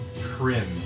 Prim